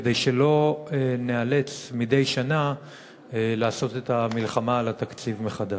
כדי שלא ניאלץ מדי שנה לעשות את המלחמה על התקציב מחדש?